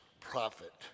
prophet